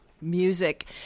music